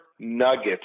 Nuggets